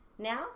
Now